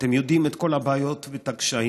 אתם מכירים את כל הבעיות והקשיים,